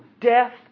death